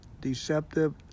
deceptive